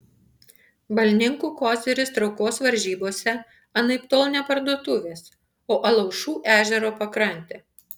balninkų koziris traukos varžybose anaiptol ne parduotuvės o alaušų ežero pakrantė